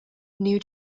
new